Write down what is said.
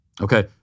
Okay